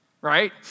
right